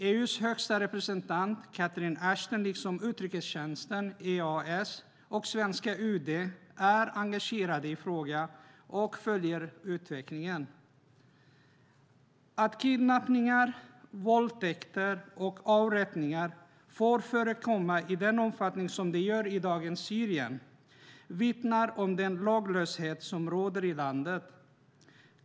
EU:s högsta representant Catherine Ashton liksom utrikestjänsten, EEAS, och svenska UD är engagerade i frågan och följer utvecklingen. Att kidnappningar, våldtäkter och avrättningar får förekomma i den omfattning som de gör i dagens Syrien vittnar om den laglöshet som råder i landet.